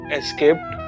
escaped